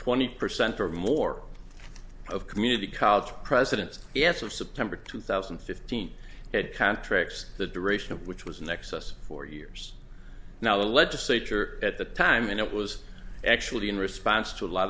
twenty percent or more of community college presidents yes of september two thousand and fifteen had contracts the duration of which was in excess of four years now the legislature at the time and it was actually in response to a lot